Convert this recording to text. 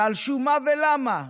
על שום מה ולמה?